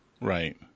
Right